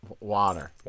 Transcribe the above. Water